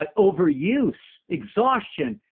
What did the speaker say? but overuse exhaustion,